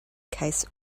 case